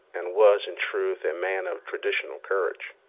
and was, in truth, a man of traditional courage.